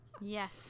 Yes